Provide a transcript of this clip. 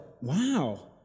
wow